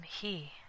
he